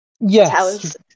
Yes